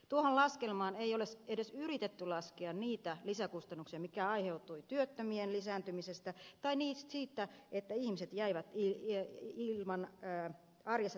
tuohon laskelmaan ei ole edes yritetty laskea niitä lisäkustannuksia mitkä aiheutuivat työttömien lisääntymisestä tai siitä että ihmiset jäivät ilman arjessa tarvitsemiaan palveluita